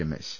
Ramesh